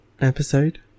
episode